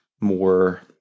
more